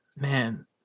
man